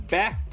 back